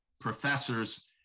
professors